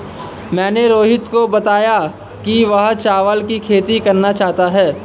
मैंने रोहित को बताया कि वह चावल की खेती करना चाहता है